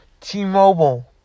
T-Mobile